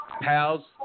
pals